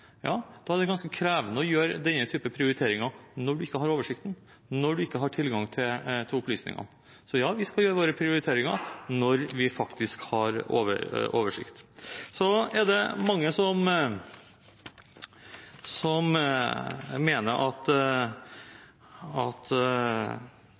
ganske krevende å gjøre denne typen prioriteringer når man ikke har oversikten, når man ikke har tilgang til opplysningene. Så ja, vi skal gjøre våre prioriteringer når vi har oversikten. Det er mange som mener at